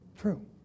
True